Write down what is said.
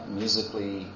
musically